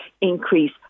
increase